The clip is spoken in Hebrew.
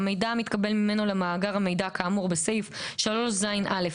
המידע המתקבל ממנו למאגר המידע כאמור בסעיף 3ז(א)